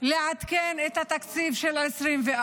לעדכן את התקציב של 2024,